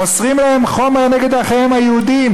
מוסרים להם חומר נגד אחיהם היהודים: